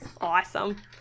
Awesome